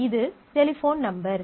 இது telephone number